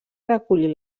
recollir